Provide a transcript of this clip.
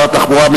שר התחבורה,